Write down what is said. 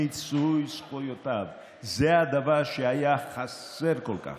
מיצוי זכויותיו, זה הדבר שהיה חסר כל כך.